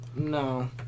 No